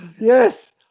Yes